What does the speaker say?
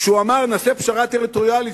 כשהוא אמר: נעשה פשרה טריטוריאלית.